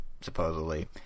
supposedly